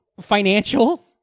financial